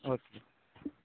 okay